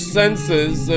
senses